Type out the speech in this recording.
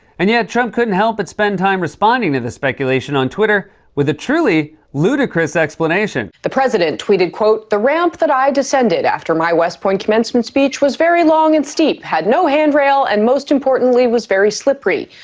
and, yet, trump couldn't help but spend time responding to the speculation on twitter with a truly ludicrous explanation. the president tweeted, the ramp that i descended after my west point commencement speech was very long and steep, had no handrail, and most importantly, was very slippery.